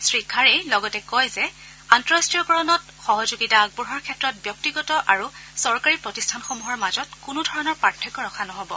শ্ৰীখাৰেই লগতে কয় যে আন্তঃৰাষ্ট্ৰীয়কৰণত সহযোগিতা আগবঢ়োৱাৰ ক্ষেত্ৰত ব্যক্তিগত আৰু চৰকাৰী প্ৰতিষ্ঠানসমূহৰ মাজত কোনোধৰণৰ পাৰ্থক্য ৰখা নহ'ব